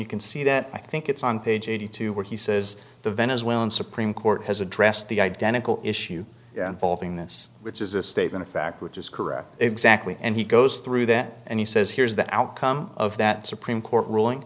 you can see that i think it's on page eighty two where he says the venezuelan supreme court has addressed the identical issue valving this which is a statement of fact which is correct exactly and he goes through that and he says here's the outcome of that supreme court ruling